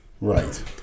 Right